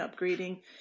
upgrading